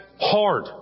hard